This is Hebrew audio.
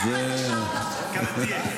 קרטיה.